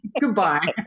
Goodbye